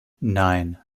nine